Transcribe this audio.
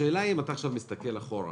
השאלה אם עכשיו אתה מסתכל אחורה,